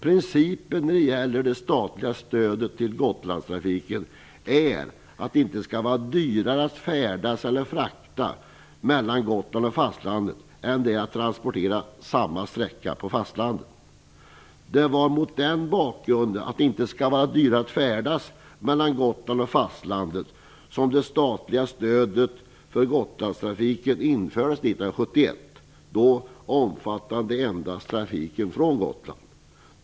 Principen när det gäller det statliga stödet till Gotlandstrafiken är att det inte skall vara dyrare att färdas eller frakta mellan Gotland och fastlandet än det är att transportera samma sträcka på fastlandet. Det var mot bakgrunden att det inte skall vara dyrare att färdas mellan Gotland och fastlandet som det statliga stödet till Gotlandstrafiken infördes 1971. Då omfattades endast trafiken från Gotland.